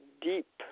deep